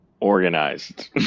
organized